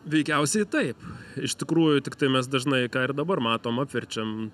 veikiausiai taip iš tikrųjų tiktai mes dažnai ką ir dabar matom apverčiam